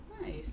nice